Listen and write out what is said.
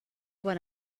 what